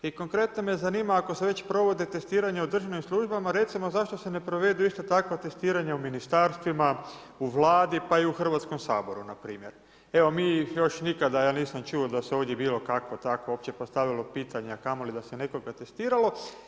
I konkretno me zanima, ako se već provodi testiranja u državnim službama, recimo zašto se ne provedu isto takva testiranja u ministarstvima, u Vladi pa i u Hrvatskom saboru, npr. Evo, mi ih još nikada ja nisam čuo da se ovdje bilo kakvo takvo uopće postavilo pitanje, a kamoli da se nekoga testiralo.